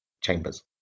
chambers